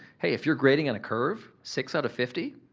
hey, if you're grading on a curve, six out of fifty,